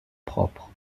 propre